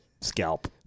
scalp